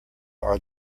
are